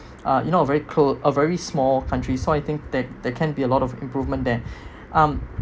uh you know very clos~ a very small country so I think that there can be a lot of improvement there um